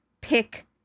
pick